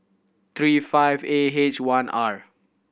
three five A H one R